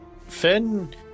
Finn